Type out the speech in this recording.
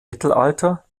mittelalter